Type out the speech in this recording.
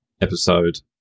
episode